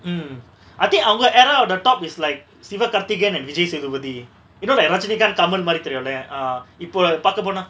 um I think அவங்க:avanga era of the top is like sivakaarthikeyan and vijaysethupathi you know like rajanikhanth kamal மாரி தெரியுல:mari theriyula ah இப்ப பாக்க போனா:ippa paaka pona